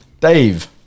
Dave